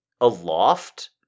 aloft